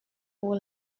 pour